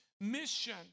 mission